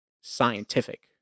scientific